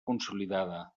consolidada